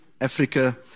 Africa